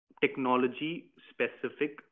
technology-specific